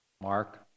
Mark